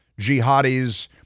jihadis